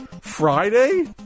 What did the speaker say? Friday